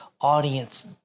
audience